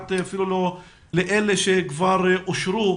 אפילו לאלה שכבר אושרו,